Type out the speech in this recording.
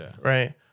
right